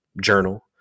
journal